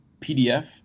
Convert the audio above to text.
PDF